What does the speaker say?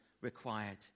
required